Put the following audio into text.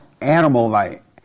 animal-like